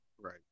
Right